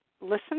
listen